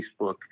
Facebook